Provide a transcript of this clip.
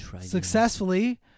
successfully